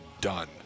done